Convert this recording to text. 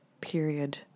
period